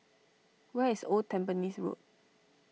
where is Old Tampines Road